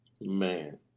Man